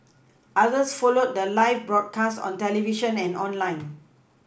others followed the live broadcast on television and online